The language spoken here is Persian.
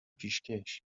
پیشکش